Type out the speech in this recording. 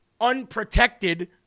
unprotected